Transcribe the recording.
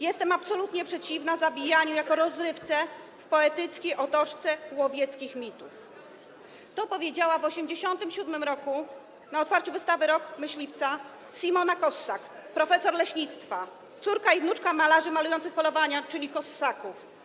Jestem absolutnie przeciwna zabijaniu jako rozrywce w poetyckiej otoczce łowieckich mitów - to powiedziała w 1987 r. na otwarciu wystawy „Rok myśliwca” Simona Kossak, profesor leśnictwa, córka i wnuczka malarzy malujących polowania, czyli Kossaków.